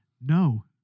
no